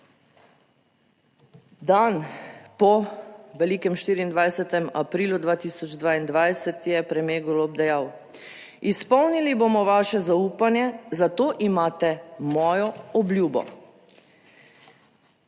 Dan po velikem 24. aprilu 2022 je premier Golob dejal: "Izpolnili bomo vaše zaupanje, zato imate mojo obljubo."